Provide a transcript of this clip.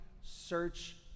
search